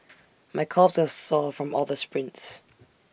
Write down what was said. my calves are sore from all the sprints